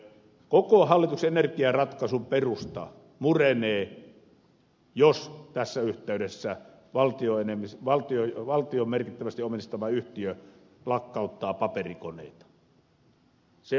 koko hallituksen energiaratkaisun perusta murenee jos tässä yhteydessä valtion merkittävästi omistama yhtiö lakkauttaa paperikoneita